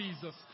Jesus